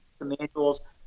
manuals